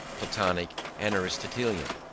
platonic, and aristotelian.